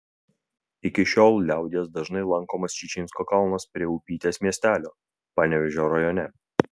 iki šiol liaudies dažnai lankomas čičinsko kalnas prie upytės miestelio panevėžio rajone